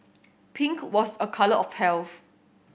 pink was a colour of health